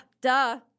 duh